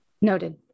Noted